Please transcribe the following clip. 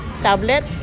tablet